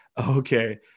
Okay